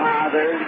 Father